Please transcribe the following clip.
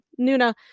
Nuna